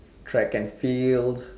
track and field